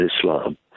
Islam